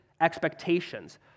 expectations